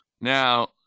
Now